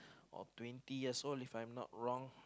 or twenty years old if I'm not wrong